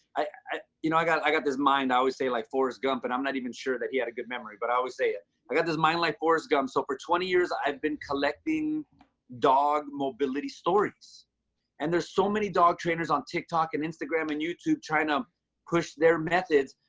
you know, i got i got this mind. i always say like forest gump, but i'm not even sure that he had a good memory. but i always say ah i got this mind like forrest gump. so for twenty years i've been collecting dog mobility stories and there's so many dog trainers on tiktok, and instagram and youtube trying to push their methods.